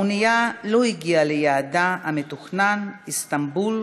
האונייה לא הגיעה ליעדה המתוכנן, איסטנבול.